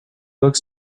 looks